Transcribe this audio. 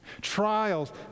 Trials